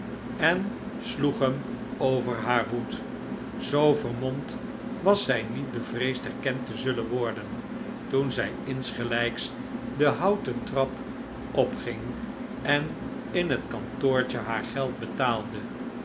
en sloeg hem over haar hoed zoo vermorad was zij niet bevreesd herkend te zullen worden toen zij insgelijks de houten trap opging en in het kantoortje haar geld betaalde